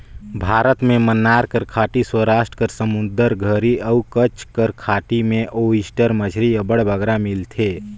भारत में मन्नार कर खाड़ी, सवरास्ट कर समुंदर घरी अउ कच्छ कर खाड़ी में ओइस्टर मछरी अब्बड़ बगरा मिलथे